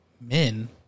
Men